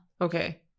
Okay